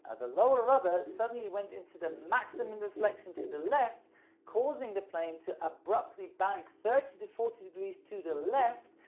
ah the lower rudder suddenly went into the maximum deflection to the left causing the plane to abruptly bank thirty to forty degrees to the left.